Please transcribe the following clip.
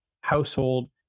household